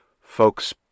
Folks